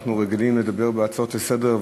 אנחנו רגילים לדבר בהצעות לסדר-היום,